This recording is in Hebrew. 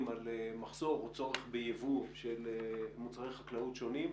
על מחסור או צורך בייבוא של מוצרי חקלאות שונים,